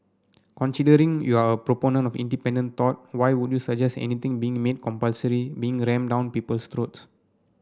considering you're a proponent of independent thought why would you suggest anything being made compulsory being rammed down people's throats